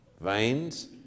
veins